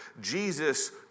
Jesus